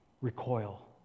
Recoil